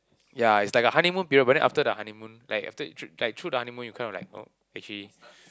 ya it's like a honeymoon period but then after the honeymoon like after the trip like through the honeymoon you kind of like oh actually